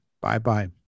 Bye-bye